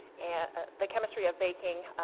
and ah the chemistry of baking,